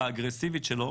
האגרסיבית שלו,